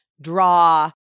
draw